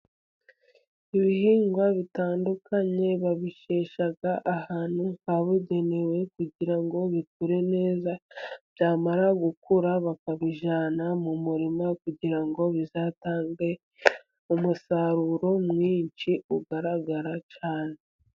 Ibihingwa bitandukanye babishesha ahantu habugenewe kugira ngo bikure neza. Byamara gukura, bakabijyana mu murima kugira ngo bizatange umusaruro mwinshi ugaragara cyane.